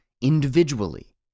individually